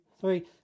three